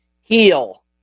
heel